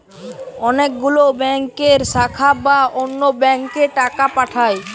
অনেক গুলো ব্যাংকের শাখা বা অন্য ব্যাংকে টাকা পাঠায়